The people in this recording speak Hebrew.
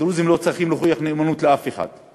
הדרוזים לא צריכים להוכיח נאמנות לאף אחד.